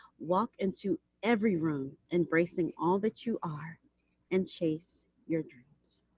walk into every room embracing all that you are and chase your dreams.